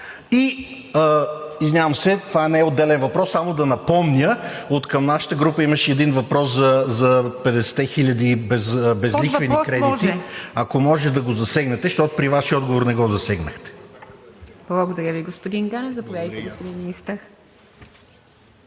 И, извинявам се, това не е отделен въпрос, само да напомня – от нашата група имаше един въпрос за 50-те хиляди безлихвени кредити. Ако може да го засегнете, защото при Вашия отговор не го засегнахте. ПРЕДСЕДАТЕЛ ИВА МИТЕВА: Благодаря Ви, господин Ганев. Заповядайте, господин Министър.